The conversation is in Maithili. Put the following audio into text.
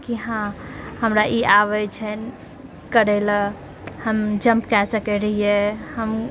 कि हाँ हमरा ई आबै छै करैलऽ हम जम्प कए सकैत रहिऐ हमहुँ